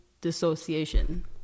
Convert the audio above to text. dissociation